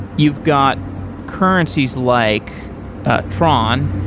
you've got currencies like tron,